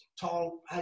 tall